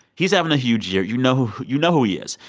he's having a huge year. you know who you know who he is.